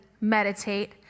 meditate